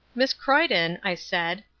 miss croyden, i said,